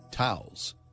Towels